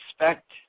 expect